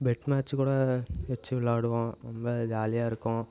bed match கூட வச்சு விளையாடுவோம் ரொம்ப ஜாலியாக இருக்கும்